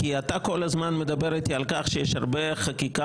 כי אתה כל הזמן מדבר איתי על כך שיש הרבה חקיקה